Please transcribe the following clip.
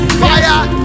fire